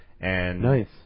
Nice